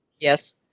Yes